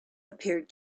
appeared